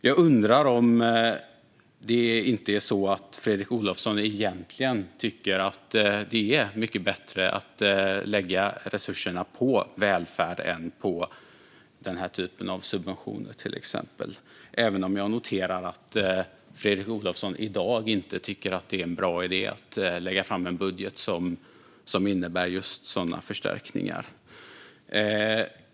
Jag undrar om inte Fredrik Olovsson egentligen tycker att det är mycket bättre att lägga resurserna på välfärd än på den typen av subventioner, till exempel, även om jag noterar att Fredrik Olovsson i dag inte tycker att det är en bra idé att lägga fram en budget som innebär just sådana förstärkningar.